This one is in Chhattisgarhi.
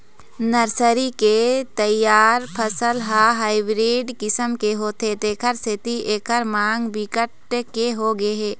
नर्सरी के तइयार फसल ह हाइब्रिड किसम के होथे तेखर सेती एखर मांग बिकट के होगे हे